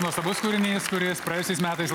nuostabus kūrinys kuris praėjusiais metais